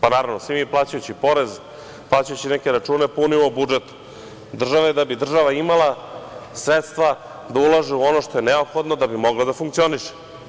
Pa, naravno, svi mi plaćajući porez, plaćajući neke račune, punimo budžet države, da bi država imala sredstva da ulaže u ono što je neophodno da bi mogla da funkcioniše.